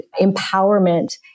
empowerment